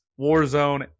Warzone